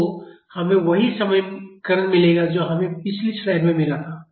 तो हमें वही समीकरण मिलेगा जो हमें पिछली स्लाइड में मिला था